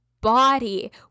body